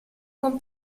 con